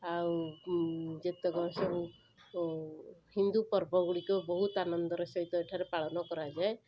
ଆଉ ଯେତକ ସବୁ ଉଁ ହିନ୍ଦୁପର୍ବ ଗୁଡ଼ିକ ବହୁତ ଆନନ୍ଦର ସହିତ ଏଠାରେ ପାଳନ କରାଯାଏ